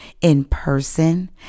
in-person